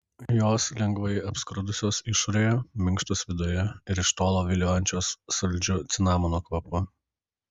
jos lengvai apskrudusios išorėje minkštos viduje ir iš tolo viliojančios saldžiu cinamono kvapu